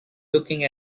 looking